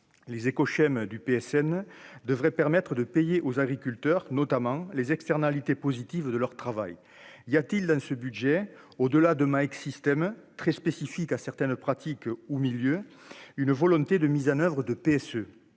Les Échos Chem du PSN devrait permettre de payer aux agriculteurs, notamment les externalités positives de leur travail, il y a-t-il dans ce budget au, delà de système très spécifiques à certaines pratiques ou milieu une volonté de mise en oeuvre de PSE